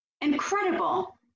incredible